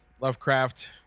Lovecraft